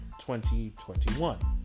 2021